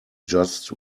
just